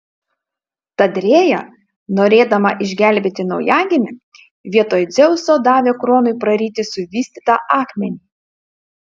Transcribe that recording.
tad rėja norėdama išgelbėti naujagimį vietoj dzeuso davė kronui praryti suvystytą akmenį